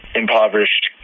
impoverished